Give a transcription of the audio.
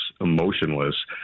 emotionless